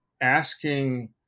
asking